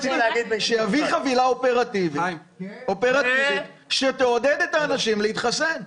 שיביא חבילה אופרטיבית שתעודד את האנשים להתחסן.